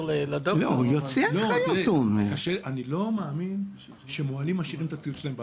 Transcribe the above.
אני לא מאמין שמוהלים משאירים את הציוד שלהם בארץ.